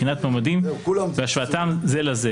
בחינת מועמדים והשוואתם זה לזה."